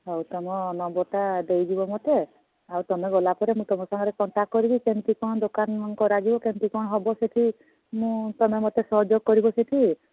ହଉ ତୁମ ନମ୍ବର୍ଟା ଦେଇଯିବ ମୋତେ ଆଉ ତୁମେ ଗଲାପରେ ମୁଁ ତୁମ ସାଙ୍ଗରେ କଣ୍ଟାକ୍ଟ୍ କରିବି କେମିତି କ'ଣ ଦୋକାନ କରାଯିବ କେମିତି କ'ଣ ହେବ ସେଇଠି ମୁଁ ତୁମେ ମୋତେ ସହଯୋଗ କରିବ ସେଇଠି